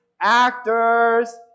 actors